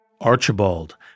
Archibald